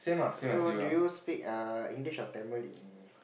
so do you speak err English or Tamil in